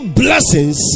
blessings